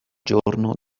giorno